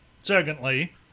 Secondly